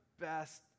best